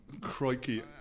Crikey